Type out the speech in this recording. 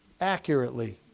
Accurately